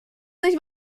nicht